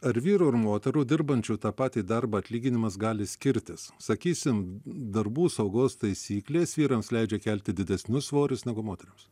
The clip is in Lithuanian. ar vyrų ir moterų dirbančių tą patį darbą atlyginimas gali skirtis sakysim darbų saugos taisyklės vyrams leidžia kelti didesnius svorius negu moterims